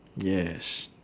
yes